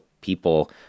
people